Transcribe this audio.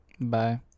Bye